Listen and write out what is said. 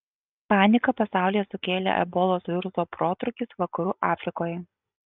paniką pasaulyje sukėlė ebolos viruso protrūkis vakarų afrikoje